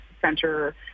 center